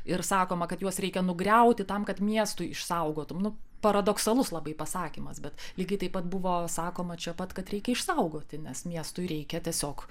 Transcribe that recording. ir sakoma kad juos reikia nugriauti tam kad miestui išsaugotum paradoksalus labai pasakymas bet lygiai taip pat buvo sakoma čia pat kad reikia išsaugoti nes miestui reikia tiesiog